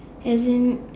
as in